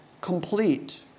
complete